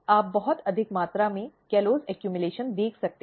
आप बहुत अधिक मात्रा में कॉलोज़ संचय देख सकते हैं